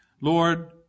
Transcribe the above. Lord